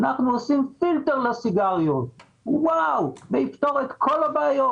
אנחנו עושים פילטר לסיגריות וזה יפתור את כל הבעיות